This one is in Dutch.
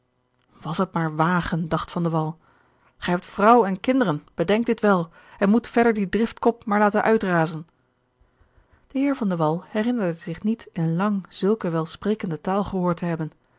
was het maar wagen dacht van de wall gij hebt vrouw en kinderen bedenk dit wel en moet verder dien driftkop maar laten uitrazen de heer van de wall herinnerde zich niet in lang zulke welsprekende taal gehoord te hebben